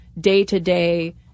day-to-day